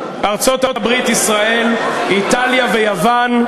ישראל, איטליה ויוון,